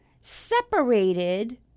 separated